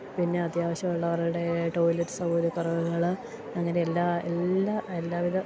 പിന്നെ അത്യവശ്യമുള്ളവരുടെ ടോയ്ലറ്റ് സൗകര്യക്കുറവുകൾ അങ്ങനെ എല്ലാ എല്ലാ എല്ലാവിധ